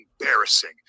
embarrassing